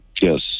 yes